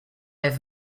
have